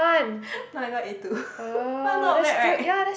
no I got a-two but not bad right